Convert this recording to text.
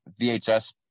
VHS